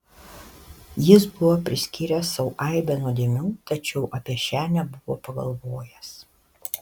jis buvo priskyręs sau aibę nuodėmių tačiau apie šią nebuvo pagalvojęs